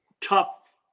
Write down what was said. tough